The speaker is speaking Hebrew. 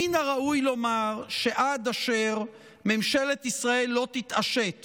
מן הראוי לומר שעד אשר ממשלת ישראל לא תתעשת